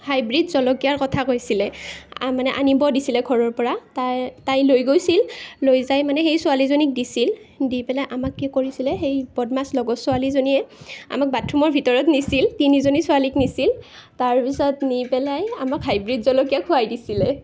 hybrid জলকীয়াৰ কথা কৈছিলে মানে আনিব দিছিলে ঘৰৰ পৰা তাই লৈ গৈছিল লৈ যাই মানে সেই ছোৱালীজনীক দিছিল দি পেলাই আমাক কি কৰিছিলে সেই বদমাছ লগৰ ছোৱালীজনীয়ে আমাক বাথৰূমৰ ভিতৰত নিছিল তিনিজনীক নিছিল তাৰ পিছত নি পেলাই আমাক হাইব্ৰীড জলকীয়া খুৱাই দিছিলে